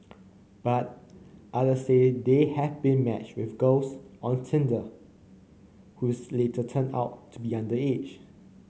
but other say they have been matched with girls on Tinder who's later turned out to be underage